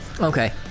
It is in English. okay